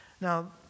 Now